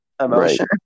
emotion